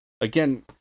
Again